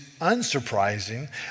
unsurprising